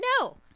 no